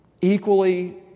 equally